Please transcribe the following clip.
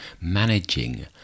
managing